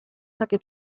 takie